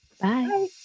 Bye